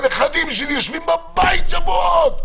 הנכדים שלי יושבים בבית שבועות,